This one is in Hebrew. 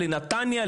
לנתניה,